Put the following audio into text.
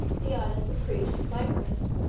the islands of crete and cyprus,